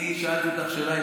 אני שאלתי אותך שאלה,